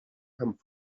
come